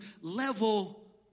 level